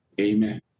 Amen